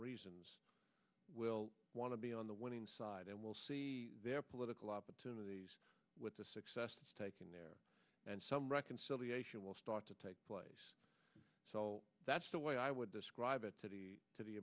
reasons will want to be on the winning side and will see their political opportunities with the success taken there and some reconciliation will start to take place so that's the way i would describe it to the